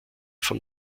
von